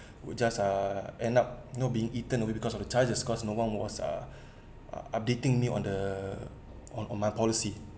we'll just uh end up you know being eaten away because of the charges cause no one was uh uh updating me on the on on my policy